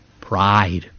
Pride